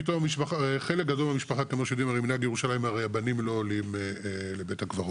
חלק גדול מהמשפחה כמו שבמנהג ירושלים הבנים לא עולים לבית הקברות,